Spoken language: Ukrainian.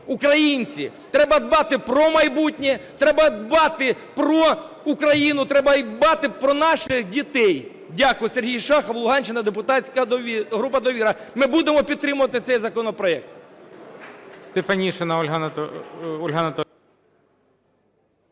українці. Треба дбати про майбутнє, треба дбати про Україну, треба дбати про наших дітей. Дякую. Сергій Шахов, Луганщина, депутатська група "Довіра". Ми будемо підтримувати цей законопроект.